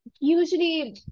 usually